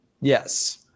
Yes